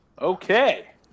Okay